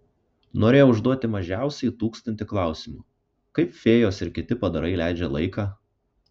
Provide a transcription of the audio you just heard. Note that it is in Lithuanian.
norėjau užduoti mažiausiai tūkstantį klausimų kaip fėjos ir kiti padarai leidžia laiką